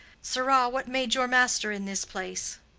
sirrah, what made your master in this place?